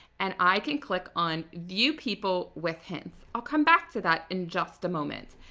and i can click on view people with hints. i'll come back to that in just a moment.